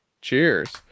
cheers